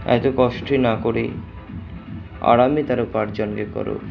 এত কষ্টে না করে আরামে তারা উপার্জন বের করুক